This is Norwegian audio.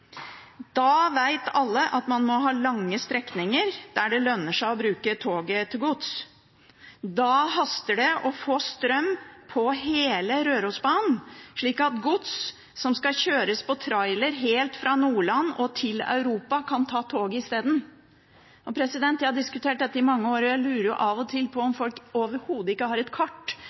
Da vet alle at man må ha lange strekninger der det lønner seg å bruke toget til gods. Da haster det å få strøm på hele Rørosbanen, slik at gods som skal kjøres på trailer helt fra Nordland og til Europa, kan fraktes med tog i stedet. Jeg har diskutert dette i mange år, og jeg lurer av og til på om folk overhodet har kart,